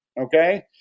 okay